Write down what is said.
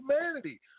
humanity